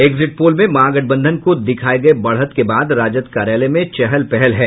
exit poll में महागठबंधन को दिखाये गये बढ़त के बाद राजद कार्यालय में चहल पहल है